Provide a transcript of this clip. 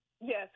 Yes